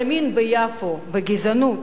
שזו גזענות.